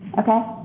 okay.